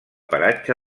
paratge